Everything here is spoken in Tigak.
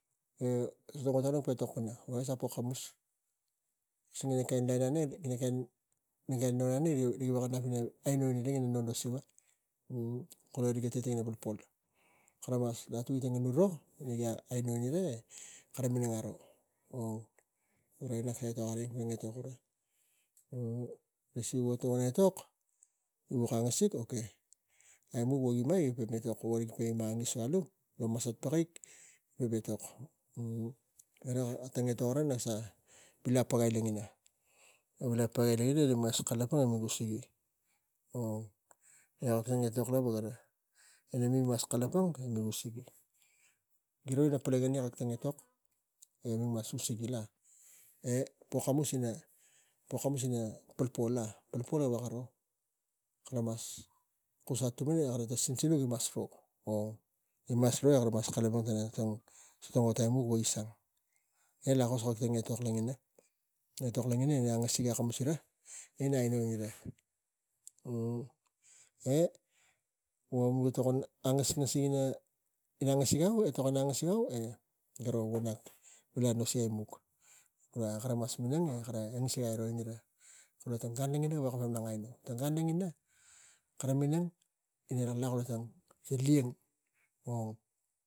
E so tang ot neng mem etok pana ne ga sa pokamus kisang eni lain ang ina kain non auneng wogi na aino ira tang ina non lo sava kula ngan tetengina polpol e kara mas voti nganu ro gi ke keira kara minang aro gura sa ina kara etok nasi wogi tokon etok nuk puk angasig aimuk vogi ma etok nasi alu peik. Gara kara etok sa vila pagal i longina. Na vila paga i e rik mas kalapang e mem usigi ong kana kak etok lava ena mi mas kalapang e usigi giro ina palangani kak etok e mik mas usigi e pokamus ina polpol la polpol gaveko rro kara mas kus atuman e kara sinsinuk giro, ong gi malang kara mas kalapang tang so tang ot aimuk ne lakos kak tang etok logina, etok logina gi veko ro rik akamusi ra. E vog miga tokon etok angas ngasig mig angasig au e mik e gara e nak vila nos emuk. Gara va kara mas minang ro e angasig gai ro ira. Gura tang gan logina ga patakai kara minang e laklak kula tang gim